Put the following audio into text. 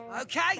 Okay